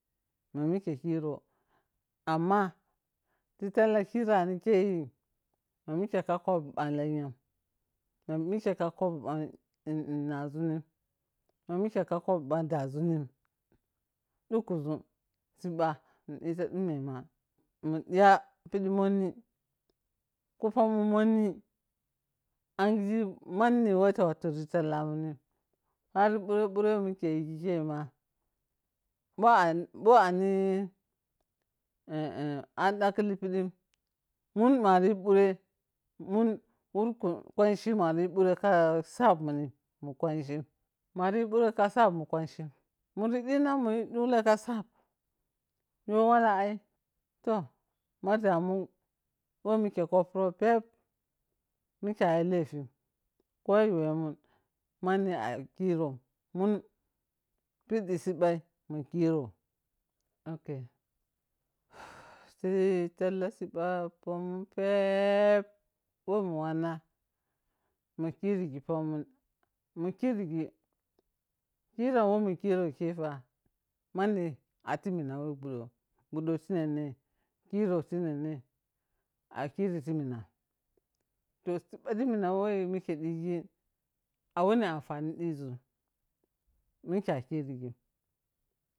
Ma meke kirirə, amma ti talla kirani keyi ma. Meke bha kwobi ɓang lenyam. Ma mike bha kwabi bang na zunim. Ma meke ka kwobi bang da zunim, duku zum sibbani dita dimema mo diya pidi monni ti pomu monni anghete mani wafa ri talamunim, pari ɓhare ɓhure wo mike yighike ma bho ani bho ani ani au dashili pidimi mun mundari yi ɓurem, mun wurkun kwanchi mwari yi bhure ka sabin, mu kwanchin. muri dina muyi dusha ka sab yoh walla ai toh ma damun wo mike kopou peb mik ay lepin koyaweman mani kivom, mun piddi sibai mun kirou ok- ti talla sibba pamu peb-wo mun wanna mu kinghi porraun mu kiriji, kiranke wo mu kiro ke fa manni ati minna ɓhodom, ɓudo ti nenei kiro ti nenei a kiri te minam a ro sbɓa minam to seb woti mena ani anfari dizu ti minai? Mike a kirijim.